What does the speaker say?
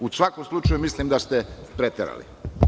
U svakom slučaju, mislim da ste preterali.